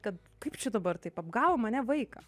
kad kaip čia dabar taip apgavo mane vaiką